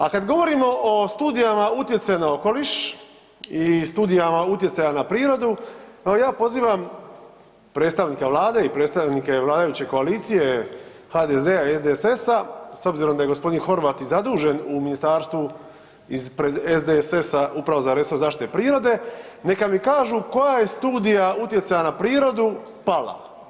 A kada govorimo o studijama utjecaja na okoliš i studijama utjecaja na prirodu, ja pozivam predstavnika Vlade i predstavnike vladajuće koalicije HDZ-a i SDSS-a s obzirom da je gospodin Horvat i zadužen u ministarstvu ispred SDSS-a upravo za resurs zaštite prirode, neka mi kažu koja je studija utjecaja na prirodu pala.